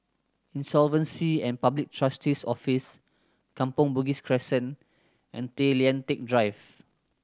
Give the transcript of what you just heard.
Insolvency and Public Trustee's Office Kampong Bugis Crescent and Tay Lian Teck Drive